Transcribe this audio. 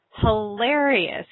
hilarious